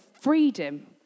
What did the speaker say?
freedom